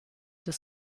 des